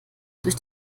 durch